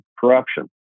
corruption